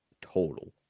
total